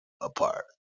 apart